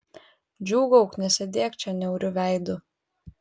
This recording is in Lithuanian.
džiūgauk nesėdėk čia niauriu veidu